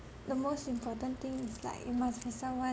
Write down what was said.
the most important thing is like it must be someone